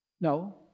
No